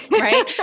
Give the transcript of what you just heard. right